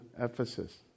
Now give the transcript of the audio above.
Ephesus